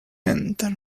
enter